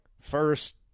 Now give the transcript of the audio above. First